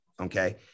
Okay